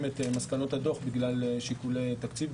את מסקנות הדוח בגלל שיקולי תקציב.